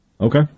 Okay